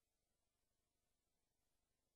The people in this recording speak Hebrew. במקום